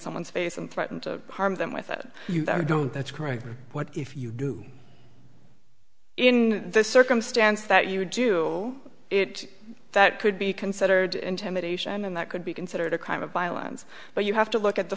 someone's face and threaten to harm them with it i don't that's correct what if you do in this circumstance that you would do it that could be considered intimidation and that could be considered a crime of violence but you have to look at the